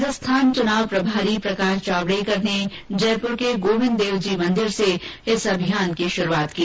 राजस्थान चुनाव प्रभारी प्रकाश जावडेकर ने जयपुर के गोविन्द देव जी मंदिर से अभियान की शुरूआत की